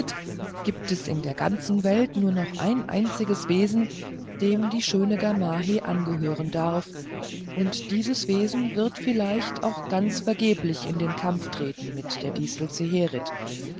gibt es in der ganzen welt nur noch ein einziges wesen dem die schöne gamaheh angehören darf und dieses wesen wird vielleicht auch ganz vergeblich in den kampf treten mit der distel